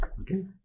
Okay